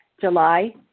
July